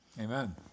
Amen